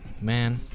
Man